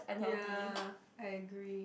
ya I agree